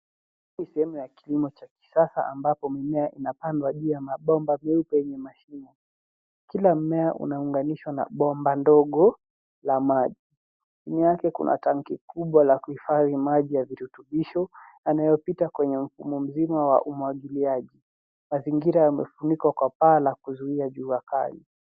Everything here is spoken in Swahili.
Hii ni sehemu ya kilimo cha kisasa ambapo mimea inapandwa juu ya mabomba vyeupe yenye mashimo. Kila mmea unaunganishwa na bomba ndogo la maji. Chini yake kuna tangi kubwa la kuhifadhi maji ya virutubisho yanayopita kwenye mfumo mzima wa umwagiliaji. Mazingira yamefunikwa kwa paa la kuzuia jua kali.